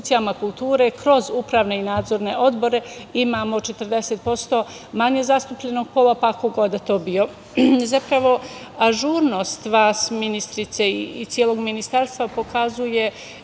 kulture kroz upravne i nadzorne odbore imamo 40% manje zastupljeno pola, pa ko god da to bio. Zapravo, ažurnost vas, ministrice, i celog ministarstva pokazuje